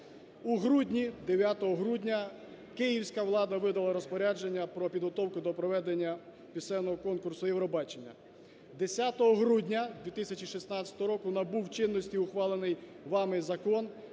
У грудні, 9 грудня київська влада видала розпорядження про підготовку до проведення пісенного конкурсу Євробачення. 10 грудня 2016 року набув чинності ухвалений вами Закон